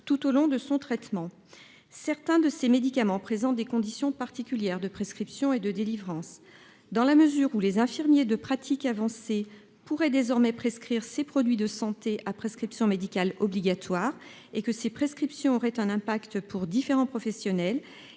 Tout au long de son traitement. Certains de ces médicaments présentent des conditions particulières de prescription et de délivrance dans la mesure où les infirmiers de pratique avancée pourraient désormais prescrire ces produits de santé a prescription médicale obligatoire et que ces prescriptions auraient un impact pour différents professionnels,